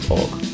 org